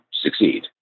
succeed